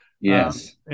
Yes